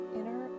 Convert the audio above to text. inner